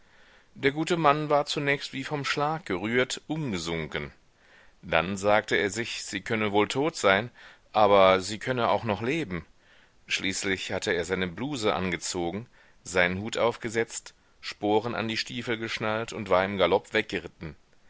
der gute mann war zunächst wie vom schlag gerührt umgesunken dann sagte er sich sie könne wohl tot sein aber sie könne auch noch leben schließlich hatte er seine bluse angezogen seinen hut aufgesetzt sporen an die stiefel geschnallt und war im galopp weggeritten